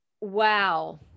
Wow